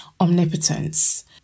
omnipotence